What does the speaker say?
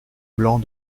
blancs